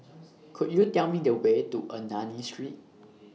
Could YOU Tell Me The Way to Ernani Street